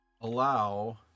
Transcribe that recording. allow